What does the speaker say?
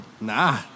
Nah